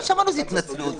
לא שמענו איזו התנצלות.